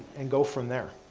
and go from there.